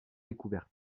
découverte